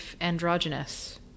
androgynous